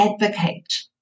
advocate